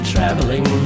Traveling